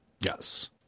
yes